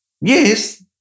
Yes